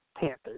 Panthers